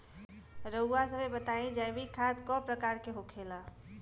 रउआ सभे बताई जैविक खाद क प्रकार के होखेला?